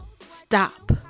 stop